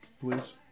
Please